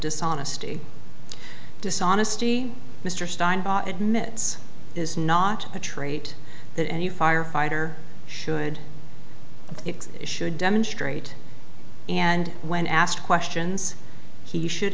dishonesty dishonesty mr stein admits is not a trait that any firefighter should it should demonstrate and when asked questions he should